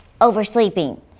Oversleeping